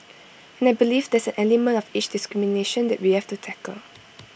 and I believe there's an element of age discrimination that we have to tackle